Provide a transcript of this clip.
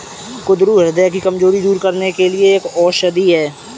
कुंदरू ह्रदय की कमजोरी दूर करने के लिए एक औषधि है